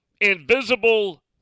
Invisible